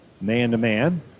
man-to-man